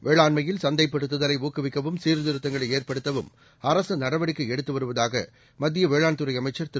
வேளாண்மையில் சந்தைப்படுத்துதலைஊக்குவிக்கவும் சீர்திருத்தங்களைஏற்படுத்தவும் அரசுநடவடிக்கைஎடுத்துவருவதாகமத்தியவேளாண் துறைஅமைச்சர் திரு